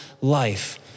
life